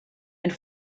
and